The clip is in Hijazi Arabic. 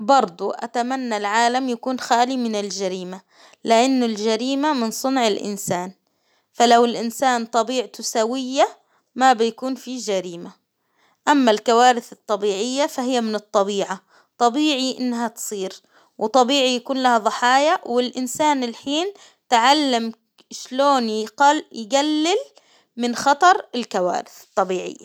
برضو أتمنى العالم يكون خالي من الجريمة، لإن الجريمة من صنع الإنسان، فلو الانسان طبيعته سوية ما بيكون فيه جريمة، أما الكوارث الطبيعية فهي من الطبيعة، طبيعي إنها تصير، وطبيعي يكون لها ظحايا والإنسان الحين تعلم إشلون يقل- يجلل من خطر الكوارث الطبيعية.